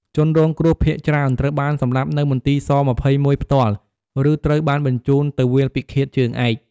ជនរងគ្រោះភាគច្រើនត្រូវបានសម្លាប់នៅមន្ទីរ ស-២១ ផ្ទាល់ ឬត្រូវបានបញ្ជូនទៅវាលពិឃាតជើងឯក។